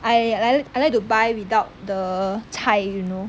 I I I like to buy without the 菜 you know